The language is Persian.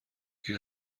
این